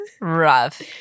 rough